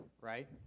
right